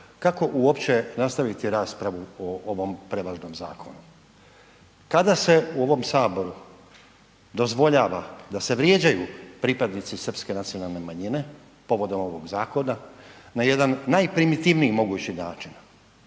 kako uopće nastaviti raspravu o ovom prevažnom zakonu. Kada se u ovom Saboru dozvoljava da se vrijeđaju pripadnici srpske nacionalne manjine povodom ovog zakona na jedan najprimitivniji mogući način?